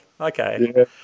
Okay